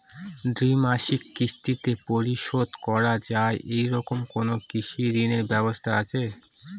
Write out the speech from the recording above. দ্বিমাসিক কিস্তিতে পরিশোধ করা য়ায় এরকম কোনো কৃষি ঋণের ব্যবস্থা আছে?